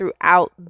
throughout